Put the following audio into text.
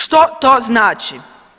Što to znači?